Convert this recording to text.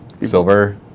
silver